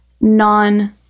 non